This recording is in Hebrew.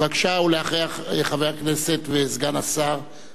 ואחריה, חבר הכנסת וסגן השר איוב קרא.